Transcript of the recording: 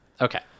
Okay